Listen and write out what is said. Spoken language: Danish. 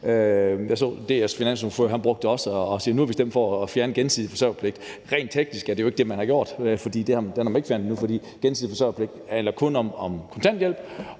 at DF's finansordfører også brugte det, og sagde, at nu har vi stemt for at fjerne gensidig forsørgerpligt, men rent teknisk er det jo ikke det, man har gjort. Den har man ikke fjernet endnu, for gensidig forsørgerpligt handler kun om kontanthjælp,